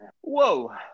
whoa